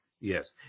Yes